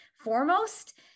Foremost